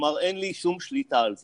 כלומר אין לי שום שליטה על זה.